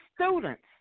students